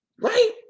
right